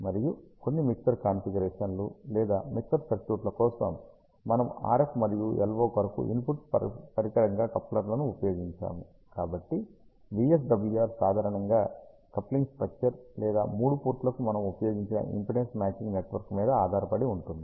మరియు కొన్ని మిక్సర్ కాన్ఫిగరేషన్లు లేదా మిక్సర్ సర్క్యూట్ల కోసం మనము RF మరియు LO కొరకు ఇన్పుట్ పరికరంగా కప్లర్లను ఉపయోగించాము కాబట్టి VSWR సాధారణంగా కప్లింగ్ స్టక్చర్ లేదా 3 పోర్టులకు మనము ఉపయోగించిన ఇంపి డెన్స్ మ్యాచింగ్ నెట్వర్క్ మీద ఆధారపడి ఉంటుంది